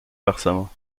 versement